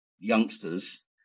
youngsters